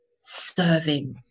serving